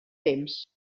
temps